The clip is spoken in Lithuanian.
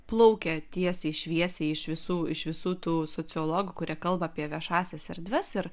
plaukia tiesiai šviesiai iš visų iš visų tų sociologų kurie kalba apie viešąsias erdves ir